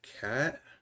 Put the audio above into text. cat